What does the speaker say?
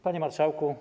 Panie Marszałku!